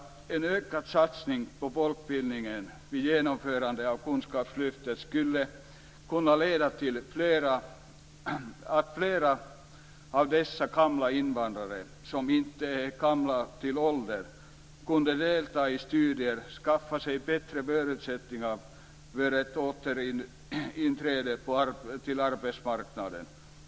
En ökad satsning på folkbildningen vid genomförandet av kunskapslyftet skulle kunna ha lett till att flera av dessa gamla invandrare, som inte är gamla till åldern, hade kunnat delta i studier och kunnat skaffa sig bättre förutsättningar för ett återinträde på arbetsmarknaden.